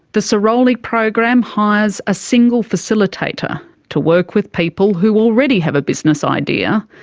the sirolli program hires a single facilitator to work with people who already have a business idea,